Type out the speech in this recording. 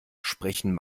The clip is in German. sprechen